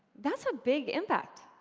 that's a big impact!